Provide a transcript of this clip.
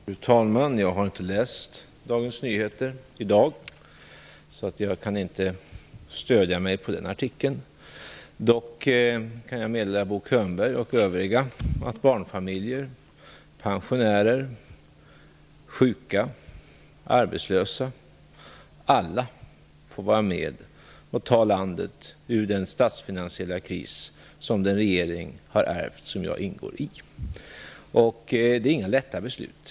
Fru talman! Jag har inte läst Dagens Nyheter i dag, så jag kan inte stödja mig på den artikeln. Dock kan jag meddela Bo Könberg och övriga att barnfamiljer, pensionärer, sjuka, arbetslösa, alla får vara med och ta landet ur den statsfinansiella kris som den regering har ärvt som jag ingår i. Det är inga lätta beslut.